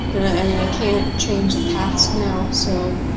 and i mean, i can't change the past now so